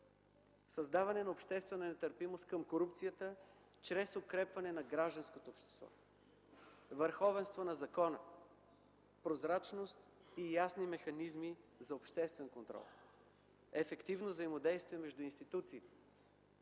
създаване на обществена нетърпимост към корупцията чрез укрепване на гражданското общество, върховенство на закона, прозрачност и ясни механизми за обществен контрол, ефективно взаимодействие между институциите,